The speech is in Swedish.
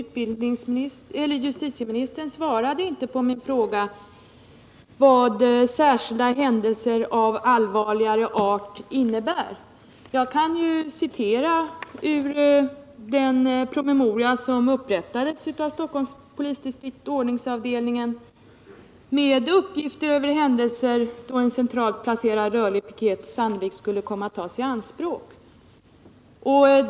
Herr talman! Justitieministern svarade inte på min fråga vad särskilda händelser av allvarlig art innebär. Jag vill därför anföra den promemoria som upprättats av Stockholms polisdistrikt, ordningsavdelningen, med uppgift över händelser då en centralt placerad rörlig piket sannolikt skulle komma att tas i anspråk.